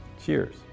Cheers